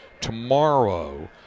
Tomorrow